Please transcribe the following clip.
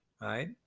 right